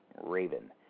Raven